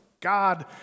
God